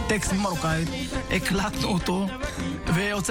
המליאה, ואנחנו נחזור כשהשר יחזור.